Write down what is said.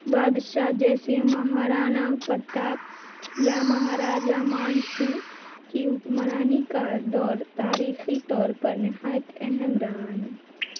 بادشاہ جیسے مہارانا پرتاپ یا مہاراجا مان سنگھ کی حکمرانی کا دور تاریخی طور پر نہایت اہم رہا ہے